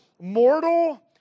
mortal